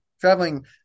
traveling